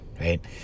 right